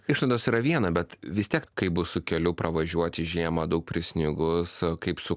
išlaidos yra viena bet vis tiek kaip bus su keliu pravažiuoti žiemą daug prisnigus kaip su